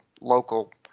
local